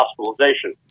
hospitalization